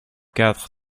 quatre